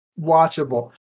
watchable